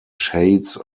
shades